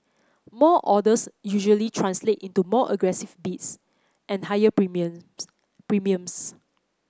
more orders usually translate into more aggressive bids and higher premiums